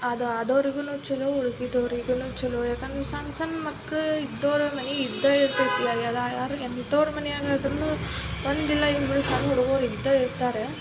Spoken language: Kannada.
ಅದು ಆದೋರಿಗೂ ಚಲೋ ಉಳ್ಕಿದವ್ರಿಗೂ ಚಲೋ ಯಾಕಂದ್ರೆ ಸಣ್ಣ ಸಣ್ಣ ಮಕ್ಕಳು ಇದ್ದೋರ ಮನೆ ಇದ್ದೇ ಇರ್ತೈತಿ ಅದು ಯಾರು ಎಂಥೋರು ಮನ್ಯಾಗಾದ್ರೂ ಒಂದಿಲ್ಲ ಇವುಗಳು ಸಣ್ಣ ಹುಡುಗರು ಇದ್ದೇ ಇರ್ತಾರೆ